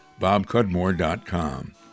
bobcudmore.com